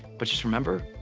but just remember,